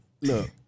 look